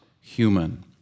human